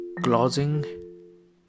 Closing